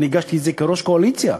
ואני הגשתי את זה כראש קואליציה,